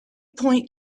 point